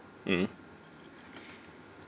mm